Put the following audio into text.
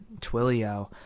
Twilio